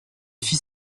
fut